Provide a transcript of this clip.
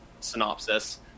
synopsis